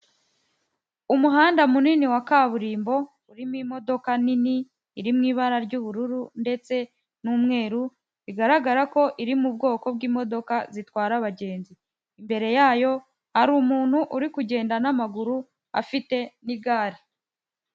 Umuhanda munini wa Kaburimbo, urimo imodoka nini, iri mw' ibara ry'ubururu ,ndetse n'umweru ,bigaragara ko iri mu bwoko bw'imodoka zitwara abagenzi, imbere yayo hari umuntu uri kugenda n'amaguru afite n'igare.